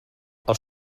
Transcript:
els